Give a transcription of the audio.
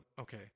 okay